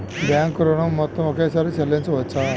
Bank ఋణం మొత్తము ఒకేసారి చెల్లించవచ్చా?